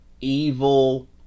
evil